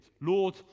Lord